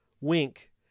wink